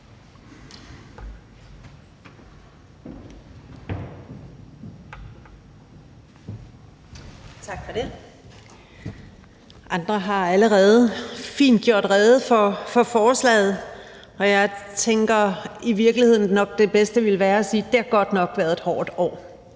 Andre har allerede fint gjort rede for forslaget, og jeg tænker i virkeligheden, at det bedste nok ville være at sige: Det har godt nok været et hårdt år.